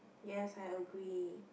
yes I agree